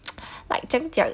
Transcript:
like 怎样讲